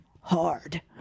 hard